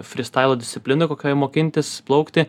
frystailo discipliną kokioje mokintis plaukti